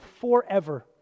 forever